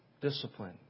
discipline